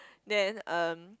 then um